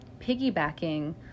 piggybacking